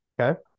Okay